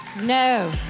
No